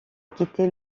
quitter